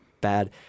bad